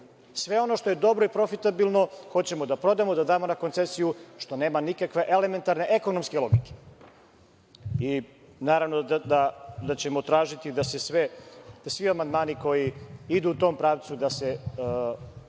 ono što je dobro i profitabilno hoćemo da prodamo, da damo na koncesiju, a što nema elementarne, ekonomske logike. Naravno da ćemo tražiti da svi amandmani koji idu u tom pravcu da se ne stvaraju